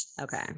Okay